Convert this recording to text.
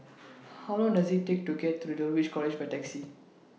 How Long Does IT Take to get to Dulwich College By Taxi